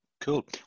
Cool